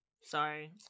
Sorry